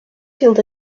field